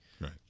Right